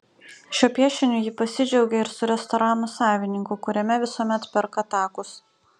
šiuo piešiniu ji pasidžiaugė ir su restorano savininku kuriame visuomet perka takus